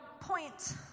point